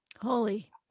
holy